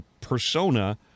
persona